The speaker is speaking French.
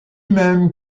même